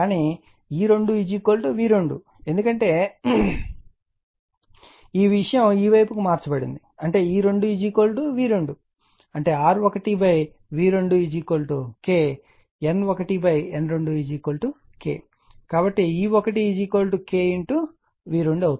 కానీ E2 V2 ఎందుకంటే ఈ విషయం ఈ వైపుకు మార్చబడుతుంది అంటే E2 V2 అంటే R1 V2 K N1 N2 Kకాబట్టి E1 K V2 అవుతుంది